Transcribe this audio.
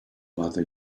bother